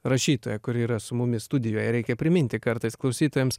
rašytoja kuri yra su mumis studijoje reikia priminti kartais klausytojams